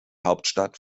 hauptstadt